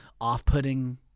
off-putting